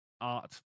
art